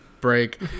Break